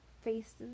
faces